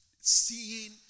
seeing